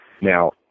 Now